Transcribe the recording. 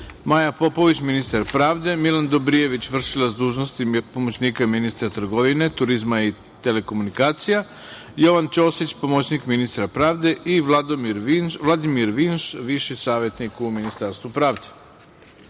Maja Popović, ministar pravde, Milan Dobirijević, vršilac dužnosti pomoćnika ministra trgovine, turizma i telekomunikacija, Jovan Ćosić, pomoćnik ministra pravde i Vladimir Vinš, viši savetnik u Ministarstvu pravde. Molim